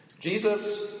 Jesus